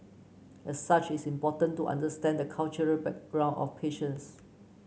as such it is important to understand the cultural background of patients